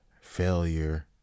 failure